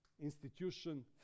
institution